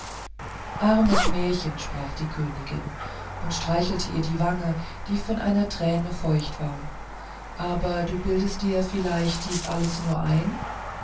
armes märchen sprach die königin und streichelte ihr die wange die von einer träne feucht war aber du bildest dir vielleicht dies alles nur ein